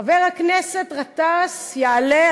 חבר הכנסת גטאס יעלה,